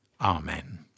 Amen